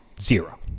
Zero